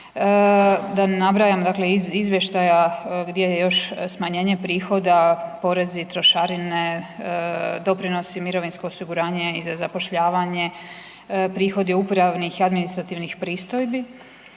ne nabrajam, dakle iz izvještaja gdje je još smanjenje prohoda, porezi, trošarine, doprinosi, mirovinsko, osiguranje i za zapošljavanje, prihodi upravnih i administrativnih pristojbi